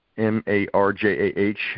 M-A-R-J-A-H